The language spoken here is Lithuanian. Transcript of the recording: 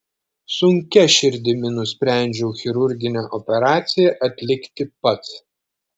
sunkia širdimi nusprendžiau chirurginę operaciją atlikti pats